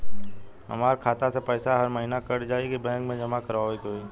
हमार खाता से पैसा हर महीना कट जायी की बैंक मे जमा करवाए के होई?